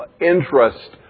interest